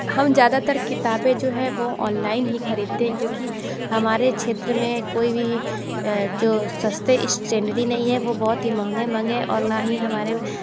हम ज्यादातर किताबें जो है वो ऑनलाइन ही खरीदते हैं क्योंकि हमारे क्षेत्र में कोई भी जो सस्ते स्टेनरी नहीं है वह बहुत ही महंगे महंगे और ना ही हमारे